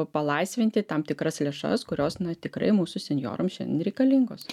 palaisvinti tam tikras lėšas kurios na tikrai mūsų senjorams šiandien reikalingos